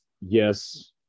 yes